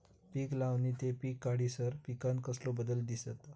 पीक लावणी ते पीक काढीसर पिकांत कसलो बदल दिसता?